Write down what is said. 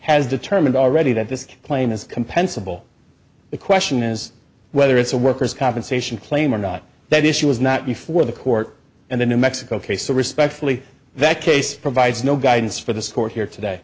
has determined already that this claim is compensable the question is whether it's a worker's compensation claim or not that issue is not before the court and the new mexico case to respectfully that case provides no guidance for this court here today